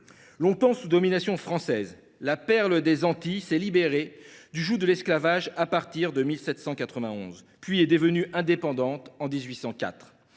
Longtemps sous domination française, la perle des Antilles s’est libérée du joug de l’esclavage à partir de 1791, puis est devenue indépendante en 1804.